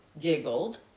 giggled